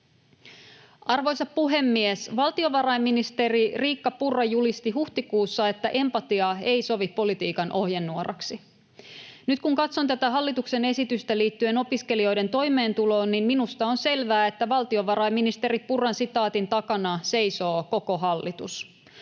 Arvoisa puhemies! Valtiovarainministeri Riikka Purra julisti huhtikuussa, että empatia ei sovi politiikan ohjenuoraksi. Nyt kun katson tätä hallituksen esitystä liittyen opiskelijoiden toimeentuloon, niin minusta on selvää, että valtiovarainministeri Purran sitaatin takana seisoo koko hallitus.